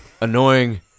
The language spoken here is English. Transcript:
annoying